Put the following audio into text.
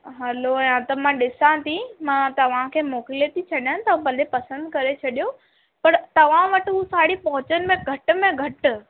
हलो या त मां ॾिसां थी मां तव्हांखे मोकिले थी छॾिया भले तव्हां पहिरीं पसंदि करे छॾियो पर तव्हां वटि उहो साड़ी पहुचण में घटि में घटि